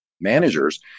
managers